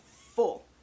full